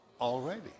already